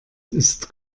ist